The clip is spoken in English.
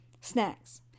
snacks